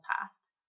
past